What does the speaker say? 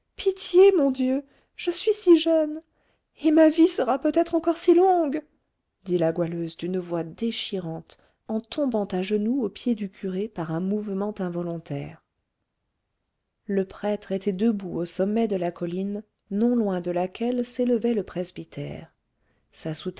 pitié mon dieu je suis si jeune et ma vie sera peut-être encore si longue dit la goualeuse d'une voix déchirante en tombant à genoux aux pieds du curé par un mouvement involontaire le prêtre était debout au sommet de la colline non loin de laquelle s'élevait le presbytère sa